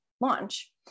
launch